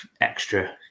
extra